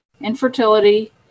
infertility